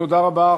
תודה רבה.